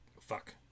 Fuck